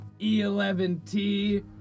E11T